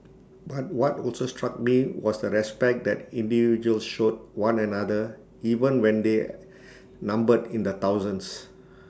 but what also struck me was the respect that individuals showed one another even when they numbered in the thousands